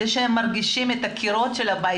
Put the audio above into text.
זה שהם מרגישים את הקירות של הבית